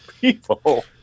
people